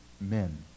men